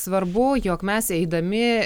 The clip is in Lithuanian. svarbu jog mes eidami